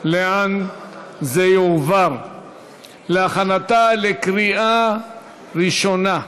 לאן זה יועבר להכנתה לקריאה ראשונה.